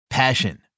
Passion